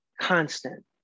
constant